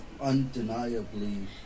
undeniably